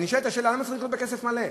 ונשאלת השאלה, למה צריך לקנות בכסף מלא,